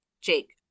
Jake